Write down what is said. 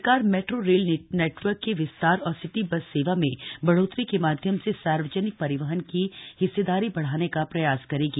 सरकार metro rail network के विस्तार और सिटी बस सेवा में बढ़ोतरी के माध्यम से सार्वजनिक परिवहन की हिस्सेदारी बढ़ाने का प्रयास करेगी